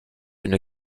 une